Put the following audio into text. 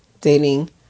dating